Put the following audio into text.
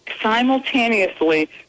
simultaneously